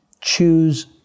choose